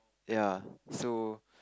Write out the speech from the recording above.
ya so